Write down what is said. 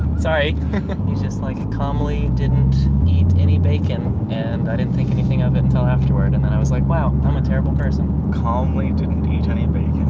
sorry. he just, like, calmly didn't eat any bacon, and i didn't think anything of it until afterward, and then i was like, wow, i'm a terrible person. calmly didn't eat any bacon.